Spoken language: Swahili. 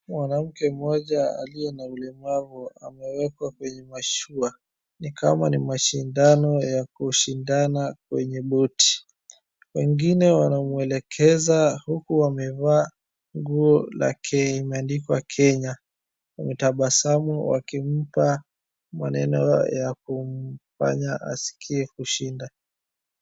Mwanamke mmoja aliye na ulemavu amewekwa kwenye mashau ni kama ni mashindano ya kushindana kwenye boti. Wengine wanamwelekeza huku wamevaa nguo lake imeandikwa Kenya ,tabasamu wakimpa maneno ya kumfanya askie kushinda.